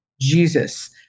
Jesus